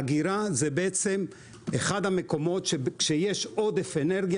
אגירה זה בעצם אחד המקומות שכשיש עודף אנרגיה